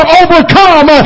overcome